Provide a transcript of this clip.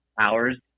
hours